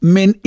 Men